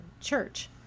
church